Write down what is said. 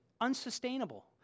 unsustainable